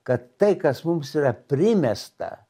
kad tai kas mums yra primesta